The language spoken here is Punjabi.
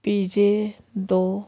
ਪੀਜ਼ੇ ਦੋ